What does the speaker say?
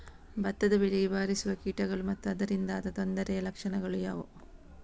ಭತ್ತದ ಬೆಳೆಗೆ ಬಾರಿಸುವ ಕೀಟಗಳು ಮತ್ತು ಅದರಿಂದಾದ ತೊಂದರೆಯ ಲಕ್ಷಣಗಳು ಯಾವುವು?